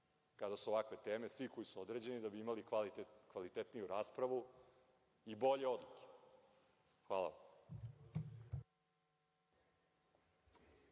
kada su ovakve teme, svi koji su određeni, kako bismo imali kvalitetnu raspravu i bolje odluke. Hvala.